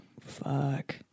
Fuck